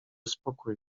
spokój